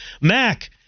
Mac